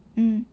mm